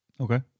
Okay